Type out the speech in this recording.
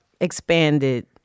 expanded